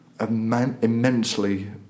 immensely